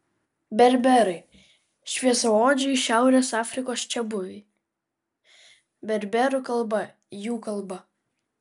berberai šviesiaodžiai šiaurės afrikos čiabuviai berberų kalba jų kalba